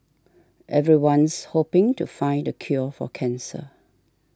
everyone's hoping to find the cure for cancer